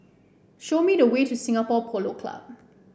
show me the way to Singapore Polo Club